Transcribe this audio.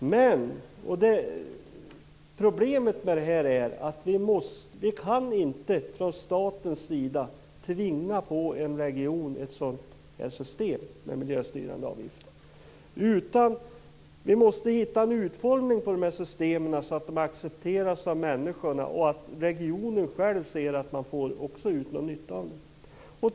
Men problemet är att vi från statens sida inte kan tvinga på en region ett system med miljöstyrande avgifter. Vi måste hitta en utformning av systemen som kan accepteras av människorna och som regionen också får någon nytta av.